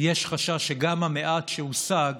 יש חשש שגם המעט שהושג